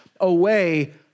away